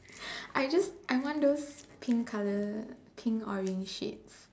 I just I want those pink color pink orange shades